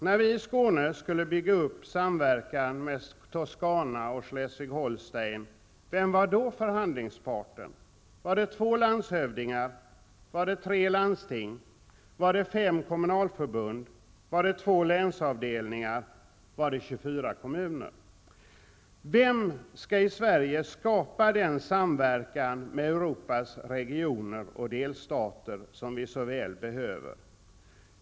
När vi i Skåne skulle bygga upp samverkan med Toscana och Schleswig Holstein, vem var då förhandlingsparten? Var det två landshövdingar, tre landsting, fem kommunalförbund, två länsavdelningar eller 24 kommuner? Vem skall i Sverige skapa den samverkan med Europas regioner och delstater som vi så väl behöver?